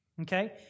okay